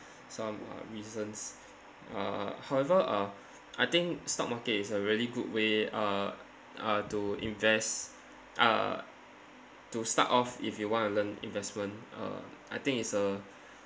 some uh reasons uh however uh I think stock market is a really good way uh uh to invest uh to start off if you want to learn investment uh I think it's a